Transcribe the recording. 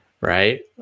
Right